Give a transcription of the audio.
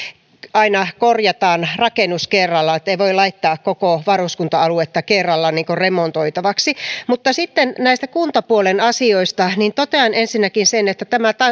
aina korjataan rakennus kerrallaan ei voi laittaa koko varuskunta aluetta kerralla remontoivaksi mutta sitten näistä kuntapuolen asioista totean ensinnäkin sen että tämä